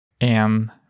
En